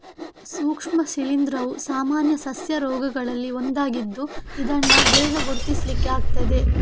ಸೂಕ್ಷ್ಮ ಶಿಲೀಂಧ್ರವು ಸಾಮಾನ್ಯ ಸಸ್ಯ ರೋಗಗಳಲ್ಲಿ ಒಂದಾಗಿದ್ದು ಇದನ್ನ ಬೇಗ ಗುರುತಿಸ್ಲಿಕ್ಕೆ ಆಗ್ತದೆ